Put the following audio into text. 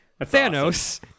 Thanos